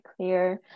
clear